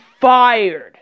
fired